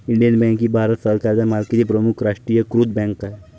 Indian bank ही भारत सरकारच्या मालकीची प्रमुख राष्ट्रीयीकृत बँक आहे